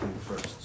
first